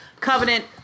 Covenant